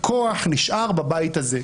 הכוח נשאר בבית הזה.